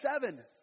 seven